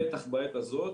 בטח בעת הזאת.